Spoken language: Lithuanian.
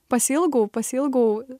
pasiilgau pasiilgau